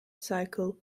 cycle